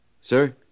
Sir